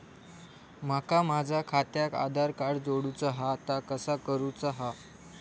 माका माझा खात्याक आधार कार्ड जोडूचा हा ता कसा करुचा हा?